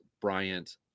Bryant